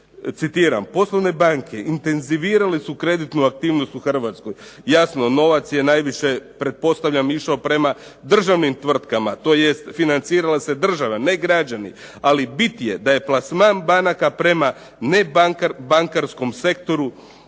citiram: "Poslovne banke intenzivirale su kreditnu aktivnost u Hrvatskoj.", jasno novac je najviše pretpostavljam išao prema državnim tvrtkama tj. financirala se država ne građani, ali bit je da je plasman banaka prema nebankarskom sektoru